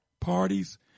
parties